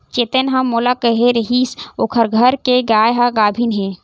चेतन ह मोला केहे रिहिस ओखर घर के गाय ह गाभिन हे